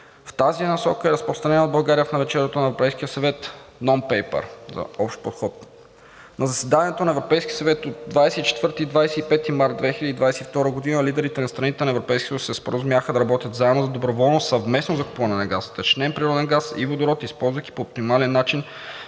В тази насока е и разпространеният в България в навечерието на Европейския съвет нон-пейпър за общ подход. На заседанието на Европейския съвет от 24 и 25 март 2022 г. лидерите на страните на Европейския съюз се споразумяха да работят заедно за доброволно съвместно закупуване на газ, втечнен природен газ и водород, използвайки по оптимален начин